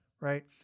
right